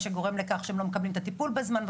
מה שגורם לכך שהם לא מקבלים את הטיפול בזמן,